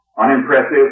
Unimpressive